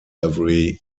every